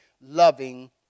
loving